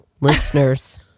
listeners